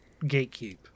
gatekeep